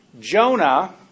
Jonah